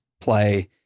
play